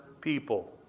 people